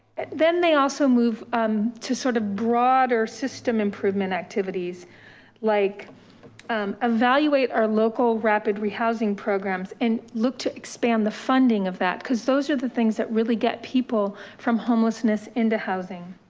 then they also move um to sort of broader system improvement activities like evaluate our local rapid rehousing programs and look to expand the funding of that. cause those are the things that really get people from homelessness into housing.